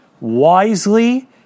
wisely